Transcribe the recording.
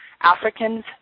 Africans